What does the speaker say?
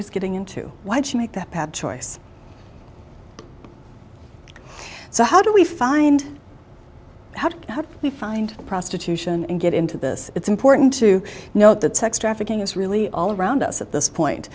was getting into why did she make that choice so how do we find how do we find prostitution and get into this it's important to note that sex trafficking is really all around us at this point